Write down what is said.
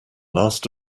last